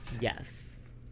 yes